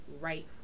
right